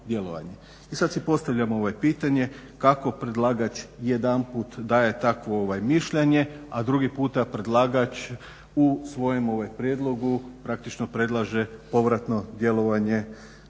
I sad si postavljam pitanje kako predlagač jedanput daje takvo mišljenje, a drugi puta predlagač u svojem prijedlogu praktično predlaže povratno djelovanje